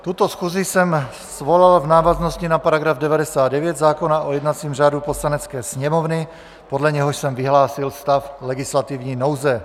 Tuto schůzi jsem svolal v návaznosti na § 99 zákona o jednacím řádu Poslanecké sněmovny, podle něhož jsem vyhlásil stav legislativní nouze.